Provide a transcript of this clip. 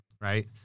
Right